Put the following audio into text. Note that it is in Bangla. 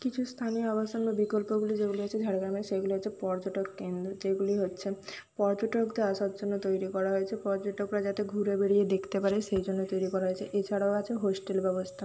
কিছু স্থানে আবাসনের বিকল্পগুলি যেগুলি আছে ঝাড়গ্রামের সেগুলো হচ্ছে পর্যাটক কেন্দ্র যেগুলি হচ্ছে পর্যটকদের আসার জন্য তৈরি করা হয়েছে পর্যটকরা যাতে ঘুরে বেড়িয়ে দেখতে পারে সেই জন্য তৈরি করা হয়েছে এছাড়াও আছে হোস্টেল ব্যবস্থা